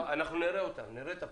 אנחנו נראה אותם, נראה את הפריסה.